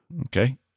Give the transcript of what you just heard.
Okay